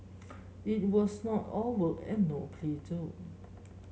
it was not all work and no play though